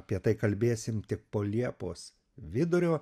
apie tai kalbėsim tik po liepos vidurio